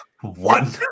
One